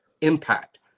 impact